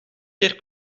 keer